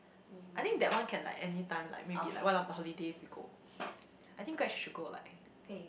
I think that one can like any time like maybe like one of the holidays we go I think grad trip should go like